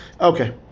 Okay